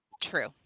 true